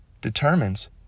determines